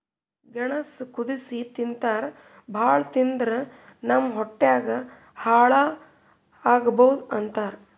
ಗೆಣಸ್ ಕುದಸಿ ತಿಂತಾರ್ ಭಾಳ್ ತಿಂದ್ರ್ ನಮ್ ಹೊಟ್ಯಾಗ್ ಹಳ್ಳಾ ಆಗಬಹುದ್ ಅಂತಾರ್